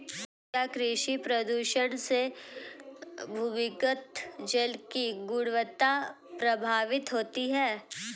क्या कृषि प्रदूषण से भूमिगत जल की गुणवत्ता प्रभावित होती है?